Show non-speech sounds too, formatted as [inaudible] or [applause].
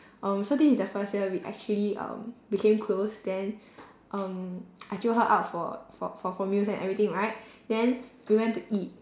um so this is the first year we actually um became close then um [noise] I jio her out for for for for music and everything right then we went to eat